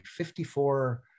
54